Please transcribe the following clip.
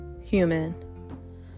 human